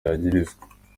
yagirizwa